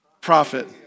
prophet